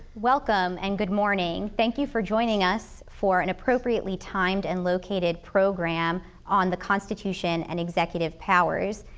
welcome and good morning. thank you for joining us for an appropriately timed and located program on the constitution and executive powers.